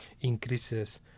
increases